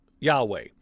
Yahweh